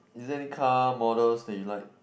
is there any car model that you like